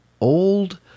old